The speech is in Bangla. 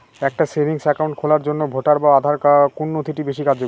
একটা সেভিংস অ্যাকাউন্ট খোলার জন্য ভোটার বা আধার কোন নথিটি বেশী কার্যকরী?